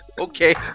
Okay